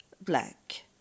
black